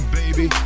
baby